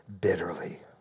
bitterly